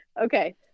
Okay